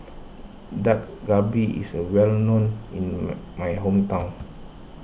Dak Galbi is well known in my hometown